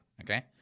okay